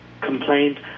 complained